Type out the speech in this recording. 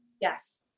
Yes